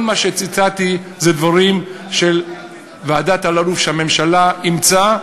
כל מה שציטטתי אלה דברים של ועדת אלאלוף שהממשלה אימצה,